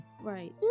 Right